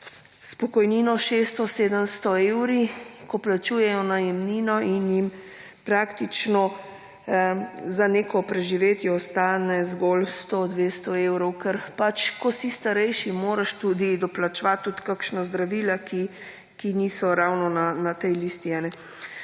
pokojnino 600, 700 evri, ko plačujejo najemnino in jim praktično za neko preživetje ostane zgolj sto, dvesto evrov, ker pač ko si starejši, moraš tudi doplačevati tudi kakšna zdravila, ki niso ravno na tej listi.